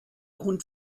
hund